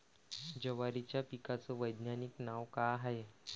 जवारीच्या पिकाचं वैधानिक नाव का हाये?